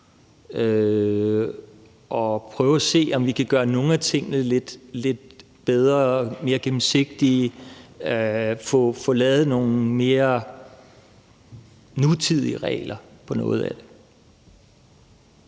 og prøve at se, om vi kan gøre nogle af tingene lidt bedre og mere gennemsigtige og få lavet nogle mere nutidige regler for noget af det.